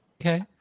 Okay